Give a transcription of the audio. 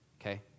okay